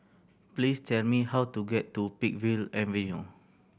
please tell me how to get to Peakville Avenue